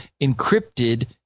encrypted